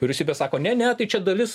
vyriausybė sako ne ne tai čia dalis